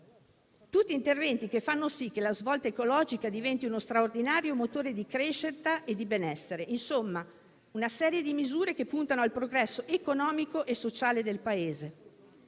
tutti interventi che fanno sì che la svolta ecologica diventi uno straordinario motore di crescita e benessere. In sostanza, si tratta di una serie di misure che puntano al progresso economico e sociale del Paese.